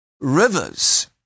Rivers